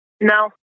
No